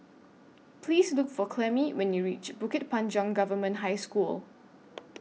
Please Look For Clemie when YOU REACH Bukit Panjang Government High School